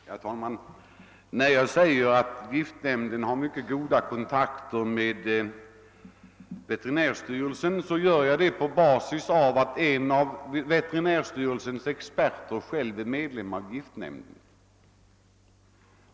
Herr talman! När jag säger att giftnämnden har mycket goda kontakter med veterinärstyrelsen gör jag det på basis av att en av veterinärstyrelsens experter själv är medlem av giftnämnden.